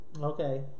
okay